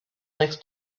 likes